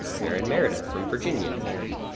merin meredith from virginia. and mary